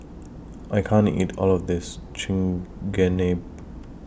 I can't eat All of This Chigenabe